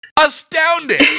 Astounding